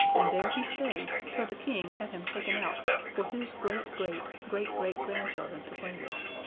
and there he stayed till the king had him taken out for his great-great-great-great-grandchildren to play with.